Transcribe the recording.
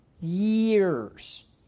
Years